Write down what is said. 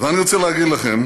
ואני רוצה להגיד לכם